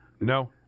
No